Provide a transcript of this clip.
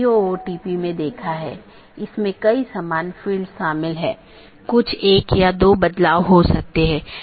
तो इसका मतलब यह है कि यह प्रतिक्रिया नहीं दे रहा है या कुछ अन्य त्रुटि स्थिति उत्पन्न हो रही है